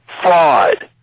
Fraud